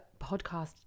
podcast